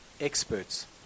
experts